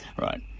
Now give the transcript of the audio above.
Right